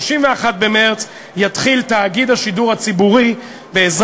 ב-31 במרס יתחיל תאגיד השידור הציבורי לפעול,